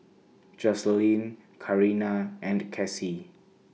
Jocelynn Karina and Casie